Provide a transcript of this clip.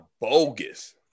bogus